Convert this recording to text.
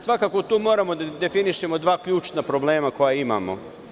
Svakako tu moramo da definišemo dva ključna problema koja imamo.